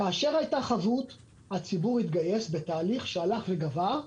כאשר הייתה חבות הציבור התגייס, בתהליך שהלך וגבר,